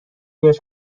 بهش